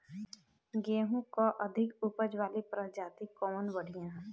गेहूँ क अधिक ऊपज वाली प्रजाति कवन बढ़ियां ह?